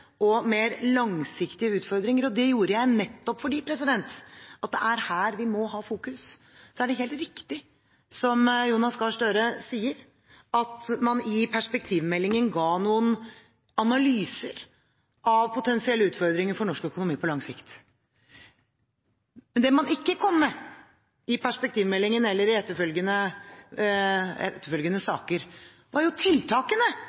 og mer langsiktige utfordringer, og det gjorde jeg nettopp fordi det er her vi må ha fokus. Så er det helt riktig, som Jonas Gahr Støre sier, at man i perspektivmeldingen ga noen analyser av potensielle utfordringer for norsk økonomi på lang sikt. Det man ikke kom med – i perspektivmeldingen eller i de etterfølgende saker – var tiltakene